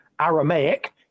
Aramaic